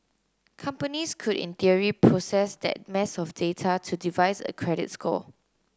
companies could in theory process that mass of data to devise a credit score